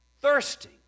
Thirsty